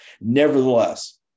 Nevertheless